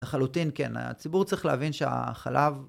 לחלוטין, כן. הציבור צריך להבין שהחלב...